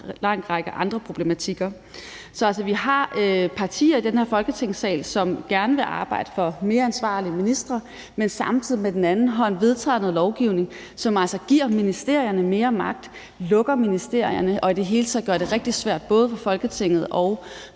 lang række andre problematikker. Så vi har altså partier i den her Folketingssal, som gerne vil arbejde for mere ansvarlige ministre, men som samtidig med den anden hånd vedtager noget lovgivning, som altså giver ministerierne mere magt, lukker ministerierne og i det hele taget gør det rigtig svært både for Folketinget og